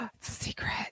Secret